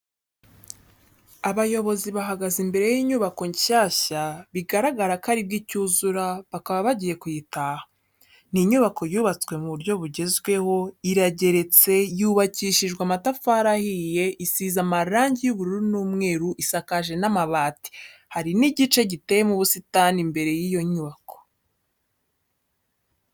Abayobozi bahagaze imbere y'inyubako nshyashya bigaragara ko aribwo icyuzura bakaba bagiye kuyitaha. Ni inyubako yubatswe mu buryo bugezweho , irageretse yubakishije amatafari ahiye isize amarangi y'ubururu n'umweru isakaje amabati, hari n'igice giteyemo ubusitani imbere y'iyo nyubako.